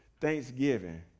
thanksgiving